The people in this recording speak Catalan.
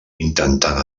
intentant